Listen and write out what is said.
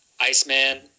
Iceman